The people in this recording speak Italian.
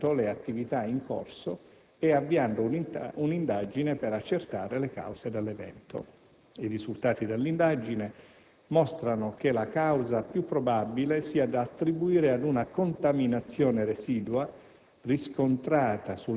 sospendendo, pertanto, le attività in corso ed avviando un'indagine per accertare le cause dell'evento. I risultati dell'indagine mostrano che la causa più probabile sia da attribuire ad una contaminazione residua